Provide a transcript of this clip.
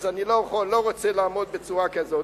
אז אני לא רוצה לעמוד בצורה כזאת,